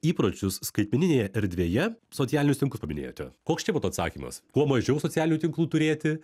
įpročius skaitmeninėje erdvėje socialinius tinklus paminėjote koks čia būtų atsakymas kuo mažiau socialinių tinklų turėti